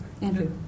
Andrew